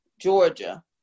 Georgia